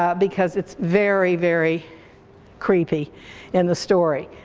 ah because it's very very creepy in the story,